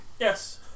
Yes